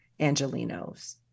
Angelenos